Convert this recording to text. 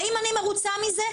האם אני מרוצה מזה?